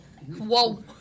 Whoa